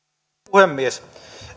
puhemies